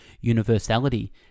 universality